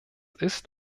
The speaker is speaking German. ist